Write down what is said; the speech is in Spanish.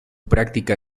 práctica